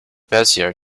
bezier